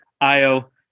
Io